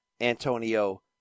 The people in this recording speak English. Antonio